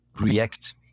react